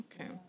okay